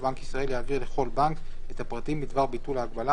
ובנק ישראל יעביר לכל בנק את הפרטים בדבר ביטול ההגבלה,